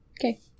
Okay